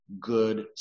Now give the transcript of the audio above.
good